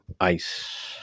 ice